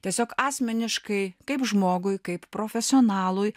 tiesiog asmeniškai kaip žmogui kaip profesionalui